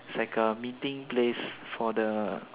it's like a meeting place for the